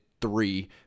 three